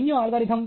జన్యు అల్గోరిథం